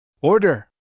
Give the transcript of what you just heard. Order